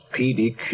PDQ